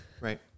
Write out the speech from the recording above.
Right